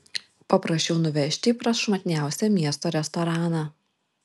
paprašiau nuvežti į prašmatniausią miesto restoraną